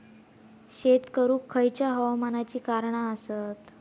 शेत करुक खयच्या हवामानाची कारणा आसत?